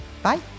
Bye